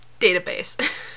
database